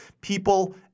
people